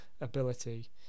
ability